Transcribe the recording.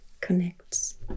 connects